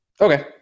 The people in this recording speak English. Okay